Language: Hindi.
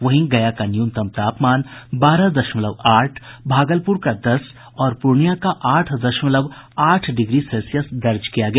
वहीं गया का न्यूनतम तापमान बारह दशमलव आठ भागलपुर का दस और प्रर्णिया का आठ दशमलव आठ डिग्री सेल्सियस दर्ज किया गया